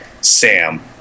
Sam